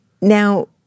Now